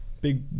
big